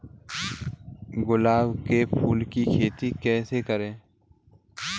गुलाब के फूल की खेती कैसे करें?